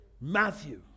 Matthew